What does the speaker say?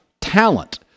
talent